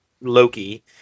Loki